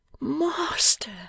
Master